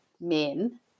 men